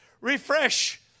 Refresh